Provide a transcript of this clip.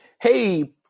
hey